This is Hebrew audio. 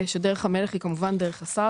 שדרך המלך היא כמובן דרך הסל,